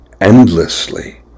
endlessly